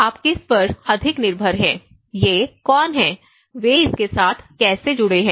आप किस पर अधिक निर्भर हैं ये कौन हैं वे इसके साथ कैसे जुड़े हैं